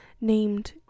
named